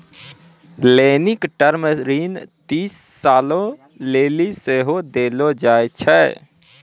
लेनिक टर्म ऋण तीस सालो लेली सेहो देलो जाय छै